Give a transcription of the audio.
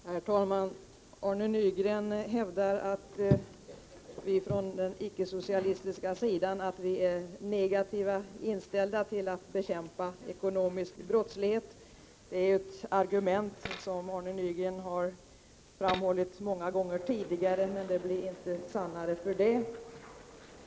Herr talman! Arne Nygren hävdar att vi från den icke-socialistiska sidan är negativt inställda till att bekämpa ekonomisk brottslighet. Det är ett argument som Arne Nygren har framfört många gånger tidigare, men det blir ju inte sannare för det.